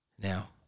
Now